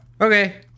Okay